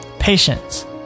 Patience